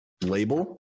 label